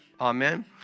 Amen